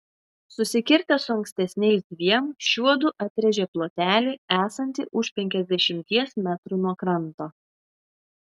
susikirtę su ankstesniais dviem šiuodu atrėžė plotelį esantį už penkiasdešimties metrų nuo kranto